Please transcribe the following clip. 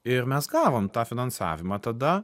ir mes gavom tą finansavimą tada